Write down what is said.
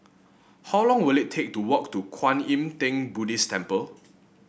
how long will it take to walk to Kwan Yam Theng Buddhist Temple